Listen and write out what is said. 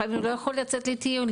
לפעמים הוא לא יכול לצאת לטיולים,